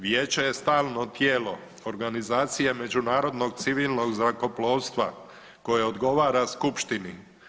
Vijeće je stalo tijelo organizacije međunarodnog civilnog zrakoplovstva koje odgovara skupštini.